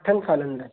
अठनि सालनि लाइ